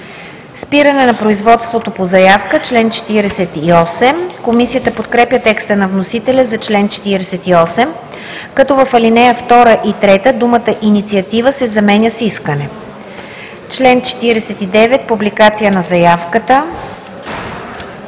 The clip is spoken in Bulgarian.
Спиране на производството по заявка“. Комисията подкрепя текста на вносителя за чл. 48, като в ал. 2 и 3 думата „инициатива“ се заменя с „искане“. „Член 49 – Публикация на заявката.“